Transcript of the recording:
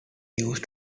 use